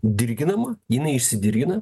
dirginama jinai išsidirgina